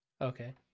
okay